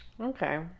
Okay